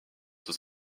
dans